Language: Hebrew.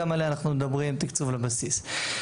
גם עליה אנחנו מדברים כתקצוב לבסיס.